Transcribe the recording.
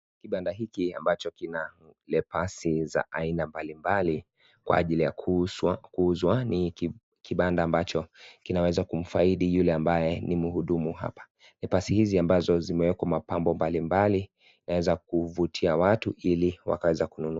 Kibanda hiki ambacho kina lepasi za aina mbalimbali kwa ajili ya kuuzwa, ni kibanda ambacho kinaweza kumfaidi yule ambaye ni mhudumu hapa, nepasi hizi ambazo zimeekwa mapambo mbali mbali za kuvutia watu ili wakaweza kununua.